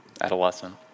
adolescent